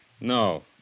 No